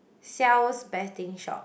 hsiao's betting shop